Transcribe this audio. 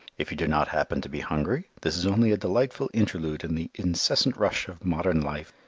if you do not happen to be hungry, this is only a delightful interlude in the incessant rush of modern life,